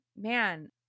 man